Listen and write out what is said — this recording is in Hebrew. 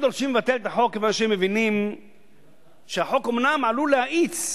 הם דורשים לבטל את החוק כיוון שהם מבינים שהחוק אומנם עלול להאיץ